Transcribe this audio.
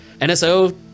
NSO